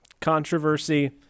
controversy